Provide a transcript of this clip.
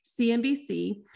CNBC